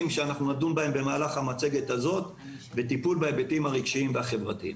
שנדון בהם במהלך המצגת הזאת וטיפול בהיבטים הרגשיים והחברתיים.